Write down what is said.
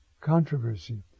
controversy